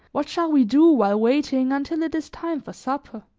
what shall we do while waiting until it is time for supper?